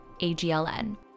AGLN